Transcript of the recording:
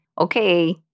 okay